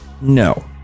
No